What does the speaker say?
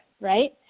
right